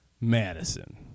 Madison